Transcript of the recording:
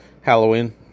Halloween